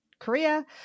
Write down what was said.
Korea